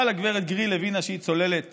אבל הגב' גריל הבינה שהיא צוללת